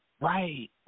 Right